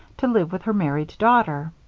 to live with her married daughter.